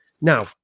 Now